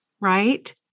Right